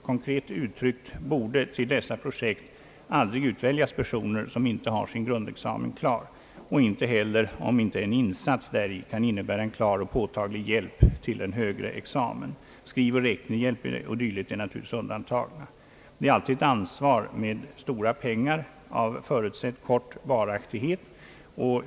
Konkret uttryckt borde till dessa projekt aldrig utväljas personer, som inte har sin grundexamen klar, och inte heller om inte en insats däri kan innebära en klar och påtaglig hjälp till en högre examen. Skrivoch räknehjälp o. d. är naturligtvis undantagen. Det är alltid ett ansvar med stora pengar av förutsedd kort varaktighet.